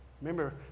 Remember